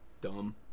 dumb